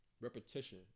repetition